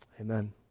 Amen